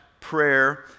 prayer